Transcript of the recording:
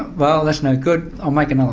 well, that's no good um like and um